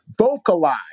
vocalize